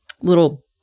little